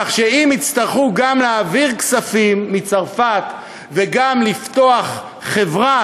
כך שאם יצטרכו גם להעביר כספים מצרפת וגם לפתוח חברה,